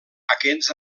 aquests